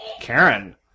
Karen